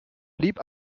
blieb